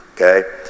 okay